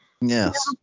Yes